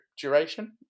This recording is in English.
duration